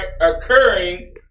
occurring